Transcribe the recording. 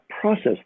process